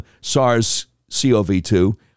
SARS-CoV-2